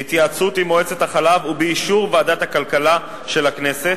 בהתייעצות עם מועצת החלב ובאישור ועדת הכלכלה של הכנסת,